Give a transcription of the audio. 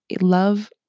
love